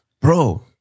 Bro